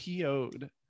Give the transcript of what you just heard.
po'd